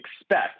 expect